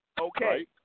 Okay